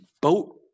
boat